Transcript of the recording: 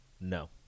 No